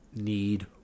need